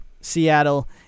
Seattle